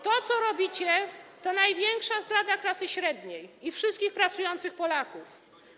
To, co robicie, to największa zdrada klasy średniej i wszystkich pracujących Polaków.